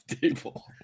Table